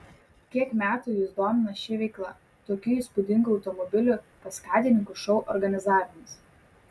kiek metų jus domina ši veikla tokių įspūdingų automobilių kaskadininkų šou organizavimas